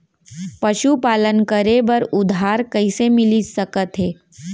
पशुपालन करे बर उधार कइसे मिलिस सकथे?